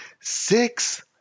six